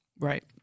Right